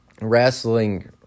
wrestling